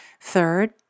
Third